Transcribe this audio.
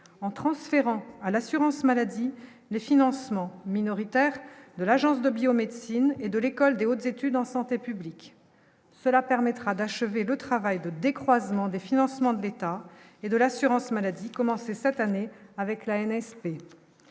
en transférant à l'assurance maladie, le financement minoritaire de l'Agence de biomédecine et de l'École de hautes études en santé publique, cela permettra d'achever le travail de des croisements des financements de l'État et de l'assurance maladie commencer cette année avec la NSP,